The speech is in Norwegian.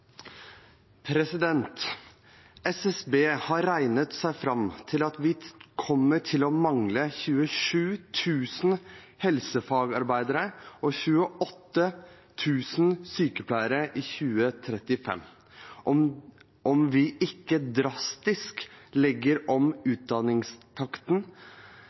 til. SSB har regnet seg fram til at vi kommer til å mangle 27 000 helsefagarbeidere og 28 000 sykepleiere i 2035 om vi ikke drastisk legger om utdanningstakten.